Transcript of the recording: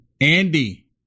Andy